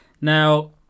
Now